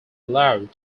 allowed